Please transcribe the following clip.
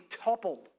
toppled